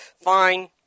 Fine